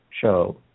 show